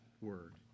word